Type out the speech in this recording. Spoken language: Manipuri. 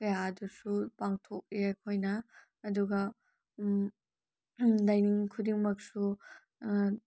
ꯀꯌꯥꯗꯨꯁꯨ ꯄꯥꯡꯊꯣꯛꯑꯦ ꯑꯩꯈꯣꯏꯅ ꯑꯗꯨꯒ ꯂꯥꯏꯅꯤꯡ ꯈꯨꯗꯤꯡꯃꯛꯁꯨ